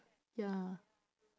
ya